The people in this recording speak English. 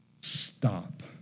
stop